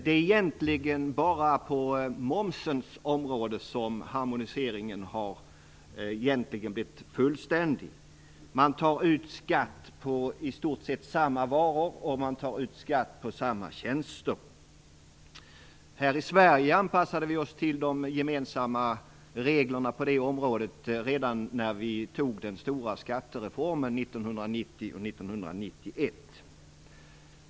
Det är egentligen bara på momsens område som harmoniseringen har blivit fullständig. Man tar ut skatt på i stort sett samma varor, och man tar ut skatt på samma tjänster. Här i Sverige anpassade vi oss till de gemensamma reglerna på det området redan när vi beslutade om den stora skattereformen 1990 och 1991.